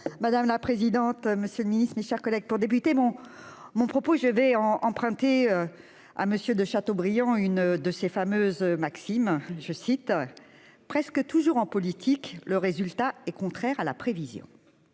Madame la présidente, monsieur le ministre, mes chers collègues, pour commencer mon propos, je veux emprunter à François-René de Chateaubriand l'une de ses fameuses maximes :« Presque toujours, en politique, le résultat est contraire à la prévision.